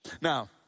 Now